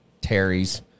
terry's